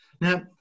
Now